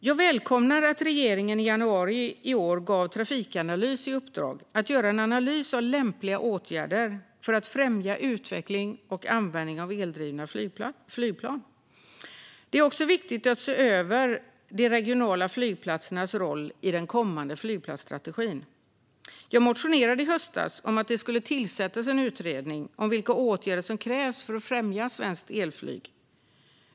Jag välkomnar att regeringen i januari i år gav Trafikanalys i uppdrag att göra en analys av lämpliga åtgärder för att främja utveckling och användning av eldrivna flygplan. Det är också viktigt att se över de regionala flygplatsernas roll i den kommande flygplatsstrategin. Jag motionerade i höstas om att det skulle tillsättas en utredning om vilka åtgärder som krävs för att främja svenskt elflyg.